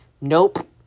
nope